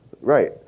right